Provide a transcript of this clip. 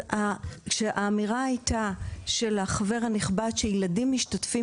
האמירה של החבר הנכבד הייתה שהילדים משתתפים